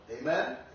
amen